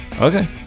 Okay